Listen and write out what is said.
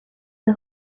the